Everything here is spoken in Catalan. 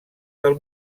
del